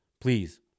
Please